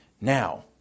Now